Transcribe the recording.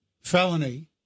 felony